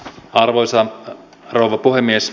arvoisa rouva puhemies